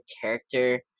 character